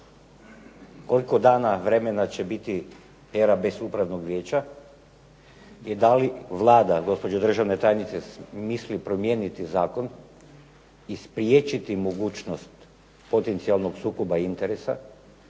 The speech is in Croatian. Koliko dana, vremena će biti HERA bez Upravnog vijeća i da li Vlada, gospođo državna tajnice, misli promijeniti zakon i spriječiti mogućnost potencijalnog sukoba interesa,